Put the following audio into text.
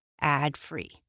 ad-free